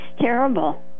terrible